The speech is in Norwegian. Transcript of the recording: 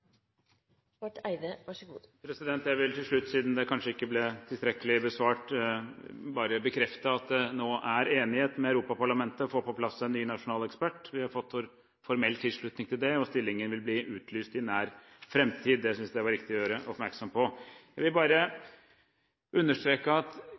Jeg vil til slutt, siden det kanskje ikke ble tilstrekkelig besvart, bare bekrefte at det nå er enighet med Europaparlamentet om å få på plass en ny nasjonal ekspert. Vi har fått formell tilslutning til det, og stillingen vil bli utlyst i nær framtid. Det synes jeg det var riktig å gjøre oppmerksom på. Jeg vil bare understreke at det representanten Astrup, representanten Skovholt Gitmark og jeg har til felles, er at